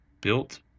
built